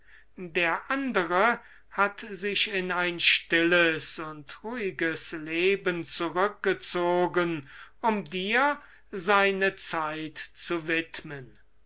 der andere hat sich in ein stilles und ruhiges leben zurückgezogen um dir seine zeit zu widmen